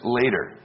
later